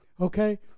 okay